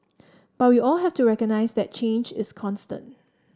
but we all have to recognise that change is constant